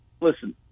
Listen